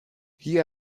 hier